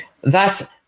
Thus